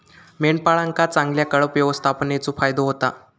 मेंढपाळांका चांगल्या कळप व्यवस्थापनेचो फायदो होता